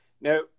Now